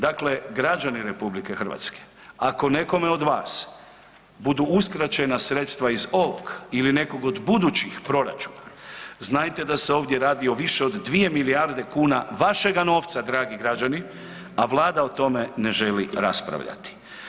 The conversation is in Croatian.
Dakle građani RH ako nekome od vas budu uskraćena sredstva iz ovog ili nekog od budućih proračuna, znajte da se ovdje radi o više do 2 milijarde kuna vašega novca, dragi građani, a Vlada o tome ne želi raspravljati.